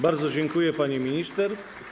Bardzo dziękuję, pani minister.